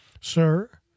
Sir